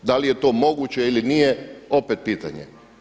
Da li je to moguće ili nije opet pitanje.